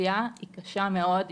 היציאה היא קשה מאוד,